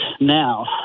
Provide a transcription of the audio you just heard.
Now